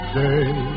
day